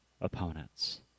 opponents